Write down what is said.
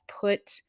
put